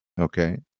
Okay